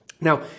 Now